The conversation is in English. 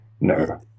No